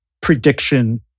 prediction